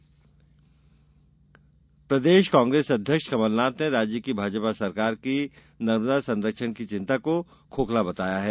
कमलनाथ प्रदेश कांग्रेस अध्यक्ष कमलनाथ ने राज्य की भाजपा सरकार की नर्मदा संरक्षण की चिंता को खोखला बताया है